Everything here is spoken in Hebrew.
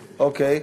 אוקיי.